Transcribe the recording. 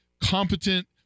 competent